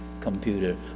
computer